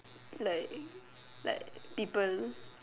like like people